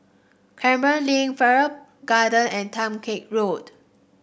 Canberra Link Farrer Garden and cake Road